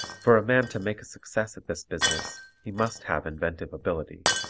for a man to make a success at this business he must have inventive ability.